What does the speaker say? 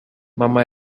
mama